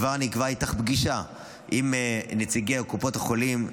כבר נקבעה לך פגישה עם נציגי קופות החולים.